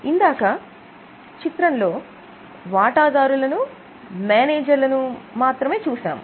ఇందాక చిత్రం లో వాటాదారులను మేనేజర్లను మాత్రమే చూసాము